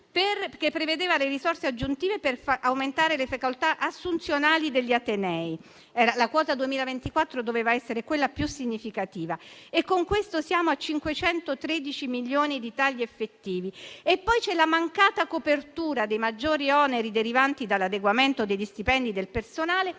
che prevedeva le risorse aggiuntive per aumentare le facoltà assunzionali degli atenei. La quota 2024 doveva essere quella più significativa. Con questo siamo a 513 milioni di tagli effettivi. Poi c'è la mancata copertura dei maggiori oneri derivanti dall'adeguamento degli stipendi del personale,